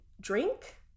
drink